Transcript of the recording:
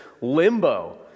limbo